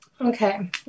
Okay